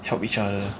help each other